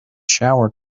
shower